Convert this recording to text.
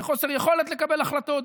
בחוסר יכולת לקבל החלטות,